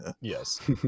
Yes